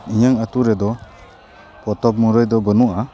ᱤᱧᱟᱹᱜ ᱟᱛᱳ ᱨᱮᱫᱚ ᱯᱚᱛᱚᱵ ᱢᱩᱨᱟᱹᱭ ᱫᱚ ᱵᱟᱹᱱᱩᱜᱼᱟ